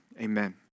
amen